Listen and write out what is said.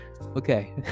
okay